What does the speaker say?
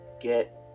get